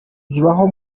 zibaho